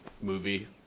movie